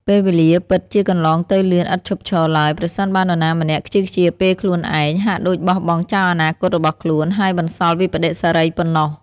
ពេលវេលា ពិតជាកន្លងទៅលឿនឥតឈប់ឈរឡើយ ប្រសិនបើនរណាម្នាក់ខ្ជីខ្ជាពេលខ្លួនឯង ហាក់ដូចបោះបង់ចោលអនាគតរបស់ខ្លួន ហើយបន្សល់វិប្បដិសារីប៉ុណ្ណោះ។